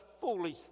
foolish